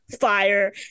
fire